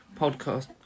podcast